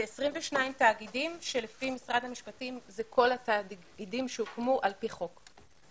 זה 22 תאגידים שלפי משרד המשפטים זה כל התאגידים שהוקמו על פי חוק.